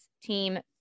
team